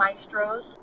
maestros